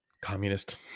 Communist